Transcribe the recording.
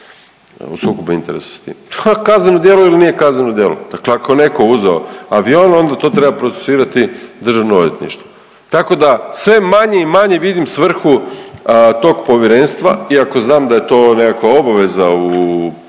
o sukobu interesa s tim. Kazneno djelo ili nije kazneno djelo. Dakle ako je netko uzeo avion, onda to treba procesuirati DORH. Tako da sve manje i manje vidim svrhu tog Povjerenstva, iako znam da je to nekakva obaveza u